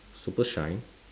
super shine